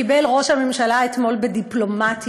קיבל ראש הממשלה אתמול בדיפלומטיה.